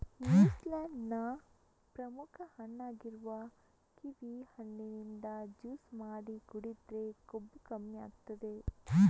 New Zealand ನ ಪ್ರಮುಖ ಹಣ್ಣಾಗಿರುವ ಕಿವಿ ಹಣ್ಣಿನಿಂದ ಜ್ಯೂಸು ಮಾಡಿ ಕುಡಿದ್ರೆ ಕೊಬ್ಬು ಕಮ್ಮಿ ಆಗ್ತದೆ